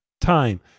time